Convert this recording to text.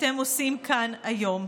אתם עושים כאן היום.